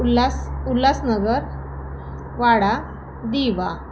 Ulhas Ulhasnagar Wada Diva